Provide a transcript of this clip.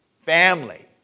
Family